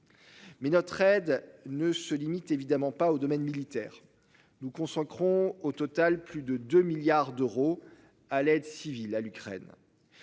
Mais notre. Ne se limite évidemment pas au domaine militaire. Nous consacrons au total plus de 2 milliards d'euros à l'aide civile à l'Ukraine.